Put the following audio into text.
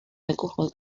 alcohol